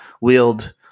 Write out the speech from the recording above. wield